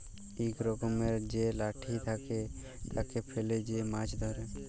ইক রকমের যে লাঠি থাকে, তাকে ফেলে যে মাছ ধ্যরে